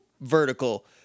vertical